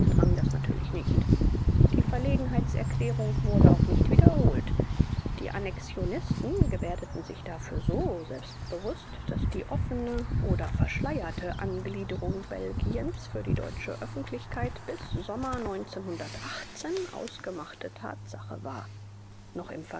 das natürlich nicht die verlegenheitserklärung wurde auch nicht wiederholt die annexionisten gebärdeten sich dafür so selbstbewußt daß die offene oder verschleierte angliederung belgiens für die deutsche öffentlichkeit bis sommer ausgemachte tatsache war noch